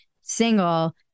single